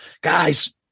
guys